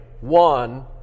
one